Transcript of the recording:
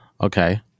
Okay